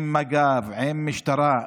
עם מג"ב, עם משטרה,